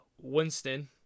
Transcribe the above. Winston